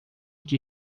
que